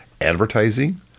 advertising